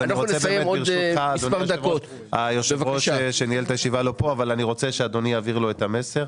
שניהל את הישיבה לא כאן אבל אני רוצה שאדוני יעביר לו את המסר.